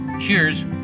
Cheers